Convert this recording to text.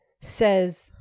says